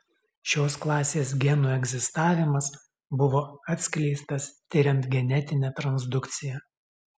šios klasės genų egzistavimas buvo atskleistas tiriant genetinę transdukciją